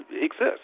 exists